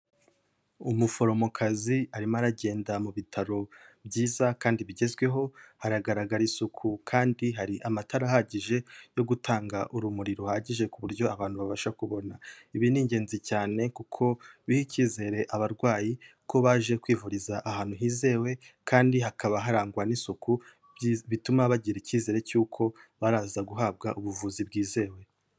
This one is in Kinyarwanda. Umuforomokazi arimo aragenda mu bitaro byiza kandi bigezweho, haragaragara isuku kandi hari amatara ahagije yo gutanga urumuri ruhagije ku buryo abantu babasha kubona, ibi ni ingenzi cyane kuko biha icyiyizere abarwayi ko baje kwivuriza ahantu hizewe, kandi hakaba harangwa n'isuku, bituma bagira icyizere cy'uko baraza guhabwa ubuvuzi bwizewe.